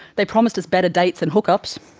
they promised us better dates and hook-ups,